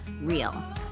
real